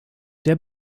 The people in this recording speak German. der